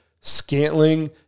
Scantling